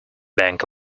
bank